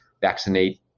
vaccinate